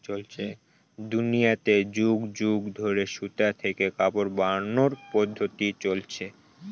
দুনিয়াতে যুগ যুগ ধরে সুতা থেকে কাপড় বানানোর পদ্ধপ্তি চলছে